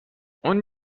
اون